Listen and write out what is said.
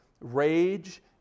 rage